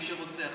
מי שרוצה עכשיו.